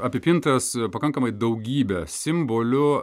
apipintas pakankamai daugybe simbolių